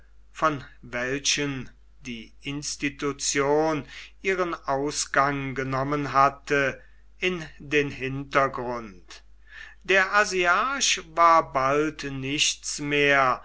von welchen die institution ihren ausgang genommen hatte in den hintergrund der asiarch war bald nichts mehr